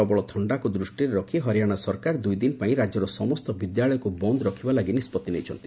ପ୍ରବଳ ଥଣ୍ଡାକୁ ଦୃଷ୍ଟିରେ ରଖି ହରିଆଣା ସରକାର ଦୁଇ ଦିନପାଇଁ ରାଜ୍ୟର ସମସ୍ତ ବିଦ୍ୟାଳୟକୁ ବନ୍ଦ ରଖିବା ଲାଗି ନିଷ୍କଭି ନେଇଛନ୍ତି